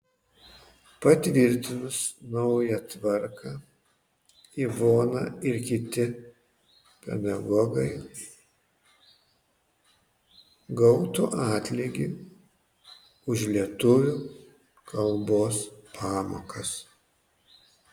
patvirtinus naują tvarką ivona ir kiti pedagogai gautų atlygį už lietuvių kalbos pamokas